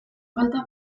falta